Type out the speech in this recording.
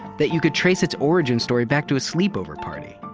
that you could trace its origin story back to a sleepover party.